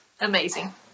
amazing